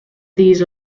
these